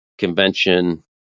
Convention